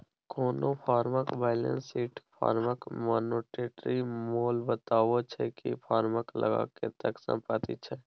कोनो फर्मक balance sheet फर्मक मानेटिरी मोल बताबै छै कि फर्मक लग कतेक संपत्ति छै